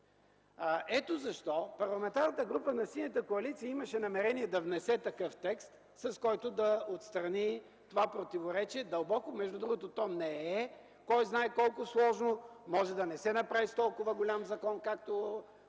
Ето защо Парламентарната група на Синята коалиция имаше намерение да внесе текст, с който да отстрани това дълбоко противоречие, между другото, то не е кой знае колко сложно. Може да не се направи в толкова голям закон, както